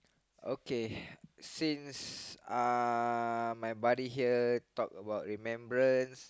okay since uh my buddy here talk about remembrance